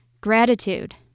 Gratitude